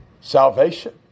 salvation